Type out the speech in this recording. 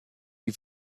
die